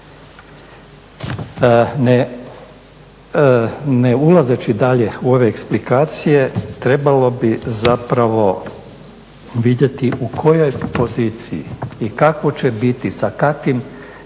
Ne ulazeći dalje u ove eksplikacije trebalo bi zapravo vidjeti u kojoj poziciji i kakvo će biti, sa kakvim